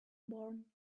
born